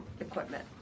equipment